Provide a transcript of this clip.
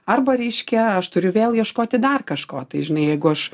arba reiškia aš turiu vėl ieškoti dar kažko tai žinai jeigu aš